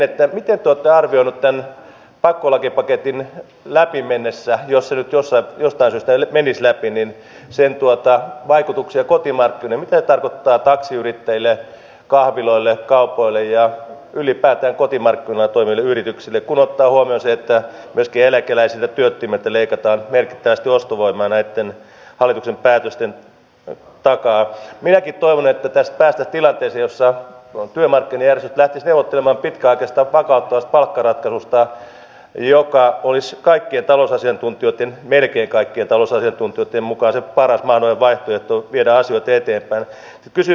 sen lisäksi on myös suunnattu monia toimenpiteitä joilla heikennetään ensisijaista toimeentuloturvaa eli menisi läpi niin sen tuottaa vaikutuksia kotimäki nimitetään ottaa taksiyrittäjille nämä indeksileikkaukset ja ylipäätään kotimarkkinatoimille yrityksille kun ottaa huomioon se että myski eläkeläiset työttömät leikataan merkittävästi ostovoimaa monet leikkaukset tulevat nyt johtamaan siihen että suurempi osa ihmisistä on toimeentulotuen varassa ja lähtisi ottelemaan pitkäjänteistä vakautuspaketilta joka olisi kaikkien talousasiantuntijoitten melkein kaikkien talousasiantuntijoitten mukaansa paras malli vai tieto viedä sen ei pitäisi olla se linja